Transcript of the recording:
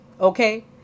Okay